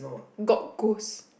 got ghost